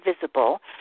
visible